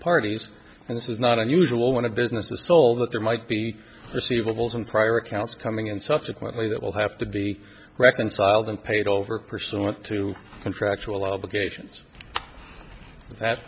parties and this is not unusual when a business is told that there might be receivables on prior accounts coming in subsequently that will have to be reconciled and paid over pursuant to contractual obligations that